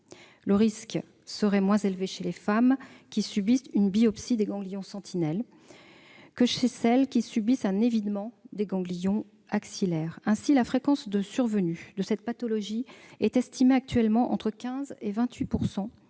le risque serait moins élevé chez les femmes qui subissent une biopsie des ganglions sentinelles que chez celles qui subissent un évidement des ganglions axillaires. Ainsi, la fréquence de survenue de cette pathologie est estimée actuellement entre 15 % et 28